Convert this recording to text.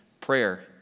prayer